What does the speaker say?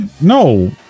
No